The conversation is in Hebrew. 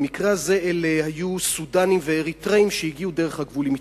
במקרה הזה אלה היו סודנים ואריתריאים שהגיעו דרך הגבול עם מצרים.